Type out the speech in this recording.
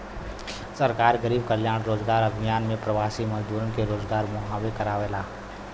सरकार गरीब कल्याण रोजगार अभियान में प्रवासी मजदूरन के रोजगार मुहैया करावला